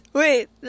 wait